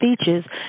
speeches